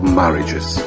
marriages